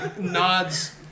nods